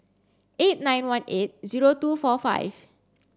eight nine one eight zero two four five